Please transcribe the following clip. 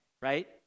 right